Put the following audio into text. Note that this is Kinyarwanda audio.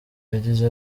yagize